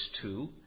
two